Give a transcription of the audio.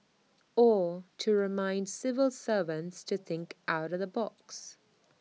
or to remind civil servants to think out the box